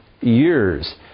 years